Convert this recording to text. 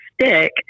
stick